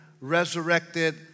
resurrected